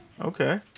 Okay